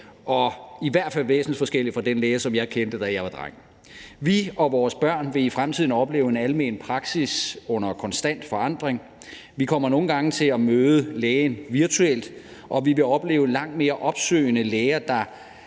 og i hvert fald væsensforskellig fra den læge, som jeg kendte, da jeg var dreng. Vi og vores børn vil i fremtiden opleve en almen praksis under konstant forandring. Vi kommer nogle gange til at møde lægen virtuelt, og vi vil opleve langt mere opsøgende læger, der